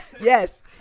Yes